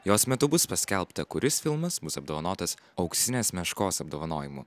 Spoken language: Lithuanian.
jos metu bus paskelbta kuris filmas bus apdovanotas auksinės meškos apdovanojimu